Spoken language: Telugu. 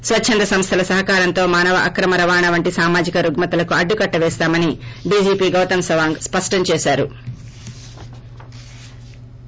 స్వచ్చంద సంస్వల సహకారంతో మానవ అక్రమ రవాణా వంటి సామాజిక రుగ్గ తలకు అడ్డుకట్ట పేస్తామని డీజీపీ గౌతం సవాంగ్ స్పష్టం చేశారు